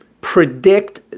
predict